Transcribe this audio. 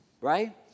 right